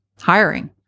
hiring